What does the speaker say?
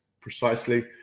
precisely